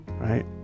right